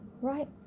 right